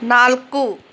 ನಾಲ್ಕು